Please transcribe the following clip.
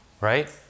Right